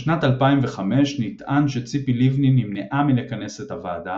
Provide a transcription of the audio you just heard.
בשנת 2005 נטען שציפי לבני נמנעה מלכנס את הוועדה